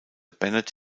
bennett